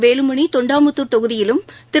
வேலுமணி தொண்டாமுத்தூர் தொகுதியிலும் திரு